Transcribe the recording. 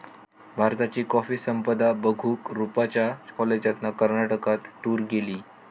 भारताची कॉफी संपदा बघूक रूपच्या कॉलेजातना कर्नाटकात टूर गेली